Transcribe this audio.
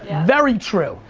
and very true.